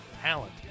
Talent